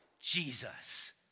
Jesus